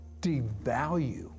devalue